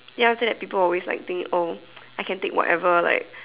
then after that people will always like think oh I can take whatever like